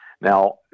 now